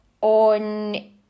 on